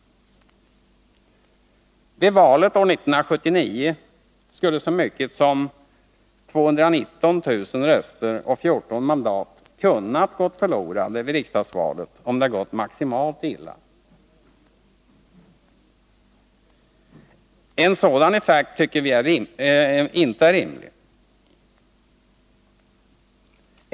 Vid riksdagsvalet år 1979 hade så mycket som 219 000 röster och 14 mandat kunnat gå förlorade, om det gått maximalt illa. En sådan effekt tycker vi inte är rimlig.